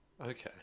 Okay